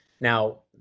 now